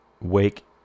Wake